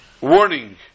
warning